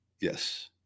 yes